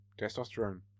testosterone